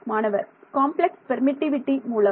மாணவர் complex permittivity மூலம்